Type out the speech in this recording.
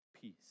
peace